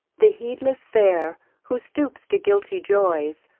the heedless fair, who stoops to guilty joys,